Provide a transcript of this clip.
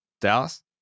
dallas